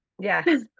Yes